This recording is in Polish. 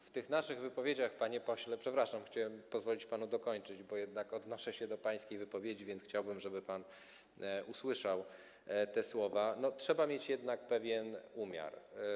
w tych naszych wypowiedziach, panie pośle - przepraszam, chciałem pozwolić panu dokończyć, bo jednak odnoszę się do pańskiej wypowiedzi, więc chciałbym, żeby pan usłyszał te słowa - trzeba mieć jednak pewien umiar.